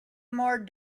more